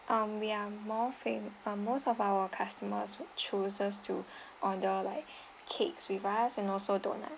um we are more fam~ uh most of our customers would chooses to order like cakes with us and also donut